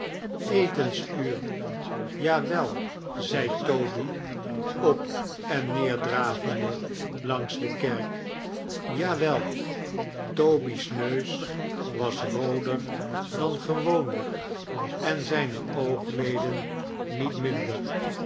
etensuur jawel zei toby op en neerdravende langs de kerk jawel toby's neus was rooder dan gewoonlijk en zijne oogleden niet minder